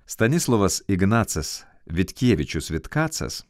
stanislovas ignacas vitkievičius vitkacas